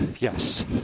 yes